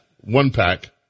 one-pack